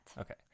Okay